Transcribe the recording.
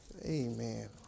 Amen